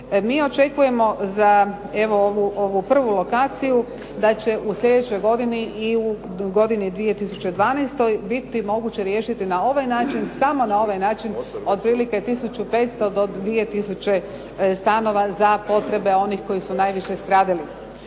Mi očekujemo za evo ovu prvu lokaciju da će u slijedećoj godini i u godini 2011. biti moguće riješiti na ovaj način, samo na ovaj način otprilike tisuću 500 do 2 tisuće stanova za potrebe onih koji su najviše stradali.